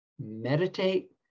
Meditate